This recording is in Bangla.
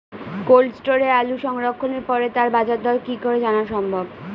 কোল্ড স্টোরে আলু সংরক্ষণের পরে তার বাজারদর কি করে জানা সম্ভব?